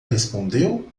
respondeu